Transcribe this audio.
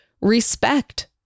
Respect